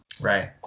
Right